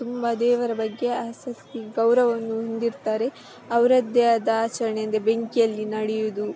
ತುಂಬಾ ದೇವರ ಬಗ್ಗೆ ಆಸಕ್ತಿ ಗೌರವವನ್ನು ಹೊಂದಿರ್ತಾರೆ ಅವರದ್ದೆ ಆದ ಆಚರಣೆ ಅಂದರೆ ಬೆಂಕಿಯಲ್ಲಿ ನಡಿಯೋದು